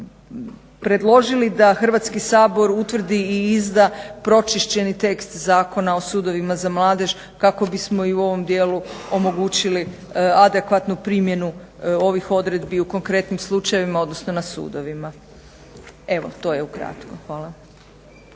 Hrvatski sabor utvrdi i izda pročišćeni tekst Zakona o sudovima za mladež kako bismo i u ovom dijelu omogućili adekvatnu primjenu ovih odredbi u konkretnim slučajevima odnosno na sudovima. Evo to je ukratko. Hvala.